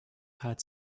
had